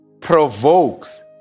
provokes